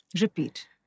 Repeat